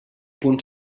punt